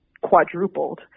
quadrupled